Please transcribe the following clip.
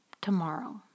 tomorrow